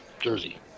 Jersey